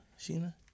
Sheena